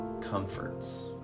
comforts